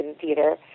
Theater